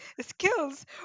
Skills